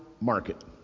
market